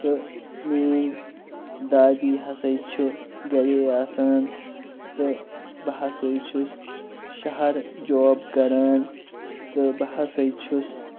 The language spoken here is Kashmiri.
تہٕ میٲنٛۍ دادی ہَسا چھُ گَرے آسان تہٕ بہٕ ہَسا چھُس شَہَرٕ جاب کَران تہٕ بہٕ ہَسا چھُس